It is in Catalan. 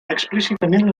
explícitament